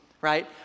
right